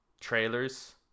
trailers